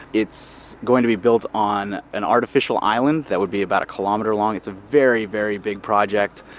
it's going to be built on an artificial island that would be about a kilometre long, it's a very, very big project.